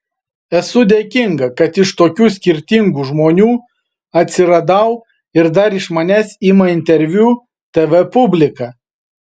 esu dėkinga kad iš tokių skirtingų žmonių atsiradau ir dar iš manęs ima interviu tv publika